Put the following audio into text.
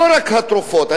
לא רק התרופות.